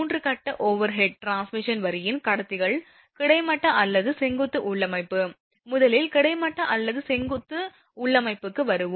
3 கட்ட overhead transmission வரியின் கடத்திகள் கிடைமட்ட அல்லது செங்குத்து உள்ளமைவு முதலில் கிடைமட்ட அல்லது செங்குத்து உள்ளமைவுக்கு வரும்